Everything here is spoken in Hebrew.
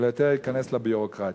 אלא יותר להיכנס לביורוקרטיה.